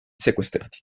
sequestrati